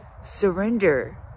surrender